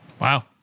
Wow